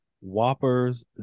whoppers